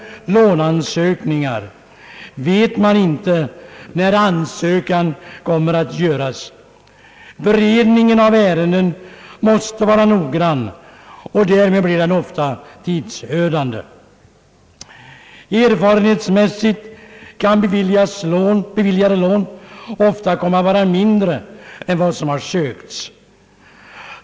Man vet inte när aviserade lån kommer att sökas. Beredningen av dessa ärenden måste vara noggrann, och därmed blir den ofta tidsödande. Erfarenhetsmässigt uppgår summan av beviljade lån till lägre belopp än summan av dem som sökts.